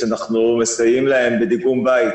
אנחנו מסייעים להן בדיגום בית